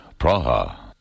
Praha